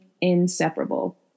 inseparable